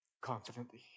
confidently